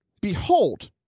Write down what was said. behold